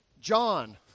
John